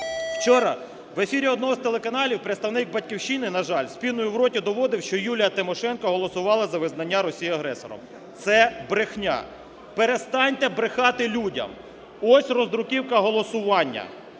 Вчора в ефірі одного з телеканалів представник "Батьківщини", на жаль, з піною в роті доводив, що Юлія Тимошенко голосувала за визнання Росії агресором. Це брехня. Перестаньте брехати людям. Ось роздруківка голосування,